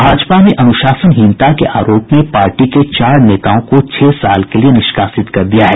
भाजपा ने अनुशासनहीनता के आरोप में पार्टी के चार नेताओं को छह साल के लिए निष्कासित कर दिया है